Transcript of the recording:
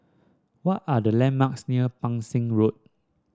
what are the landmarks near Pang Seng Road